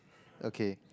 okay